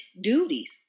duties